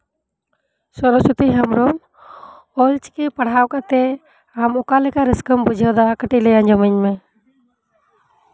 ᱥᱚᱨᱚᱥᱚᱛᱤ ᱦᱮᱢᱵᱨᱚᱢ ᱚᱞᱪᱤᱠᱤ ᱯᱟᱲᱦᱟᱣ ᱠᱟᱛᱮ ᱟᱢ ᱚᱠᱟᱞᱮᱠᱟ ᱨᱟᱹᱥᱠᱟᱹᱢ ᱵᱩᱡᱷᱟᱹᱣᱫᱟ ᱠᱟᱹᱴᱤᱡ ᱞᱟᱹᱭ ᱟᱸᱡᱚᱢᱟᱹᱧ ᱢᱮ